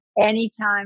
Anytime